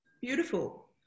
Beautiful